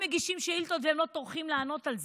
מגישים שאילתות ולא טורחים לענות על זה,